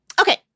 Okay